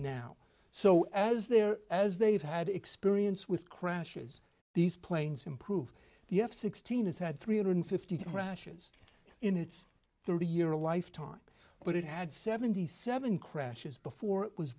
now so as they're as they've had experience with crashes these planes improve the f sixteen s had three hundred fifty rashers in its thirty year a lifetime but it had seventy seven crashes before it was